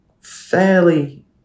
fairly